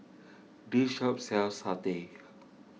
this shop sells Satay